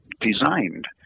designed